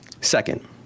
Second